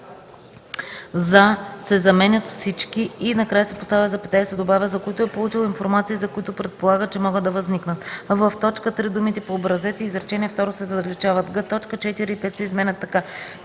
за” се заменят с „всички” и накрая се поставя запетая и се добавя „за които е получил информация и за които предполага, че могат да възникнат”; в) в т. 3 думите „по образец” и изречение второ се заличават; г) точки 4 и 5 се изменят така: